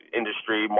industry